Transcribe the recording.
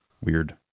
Weird